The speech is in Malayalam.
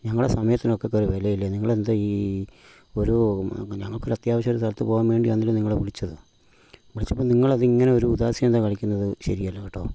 ഞങ്ങളുടെ സമയത്തിനൊക്കെ ഒരു വിലയില്ലേ നിങ്ങളെന്താ ഈ ഒരോ ഞങ്ങൾക്കൊര് അത്യാവശ്യ ഒരു സ്ഥലത്ത് പോകാൻ വേണ്ടിയാണല്ലൊ നിങ്ങളെ വിളിച്ചത് വിളിച്ചപ്പം നിങ്ങളതിങ്ങനെ ഒരു ഉദാസീനത കാണിക്കുന്നത് ശരിയല്ല കേട്ടോ